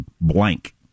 blank